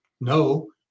no